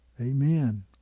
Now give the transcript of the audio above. Amen